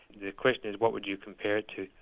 the question is what would you compare it to?